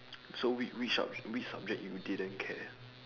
so whi~ which sub~ which subject you didn't care